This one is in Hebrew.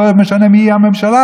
שלא משנה מי תהיה הממשלה,